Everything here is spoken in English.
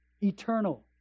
eternal